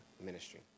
ministry